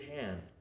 hand